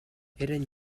eren